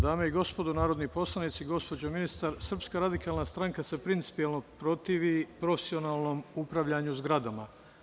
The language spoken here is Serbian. Dame i gospodo narodni poslanici, gospođo ministar, SRS se principijelno protivi profesionalnom upravljanju zgradama.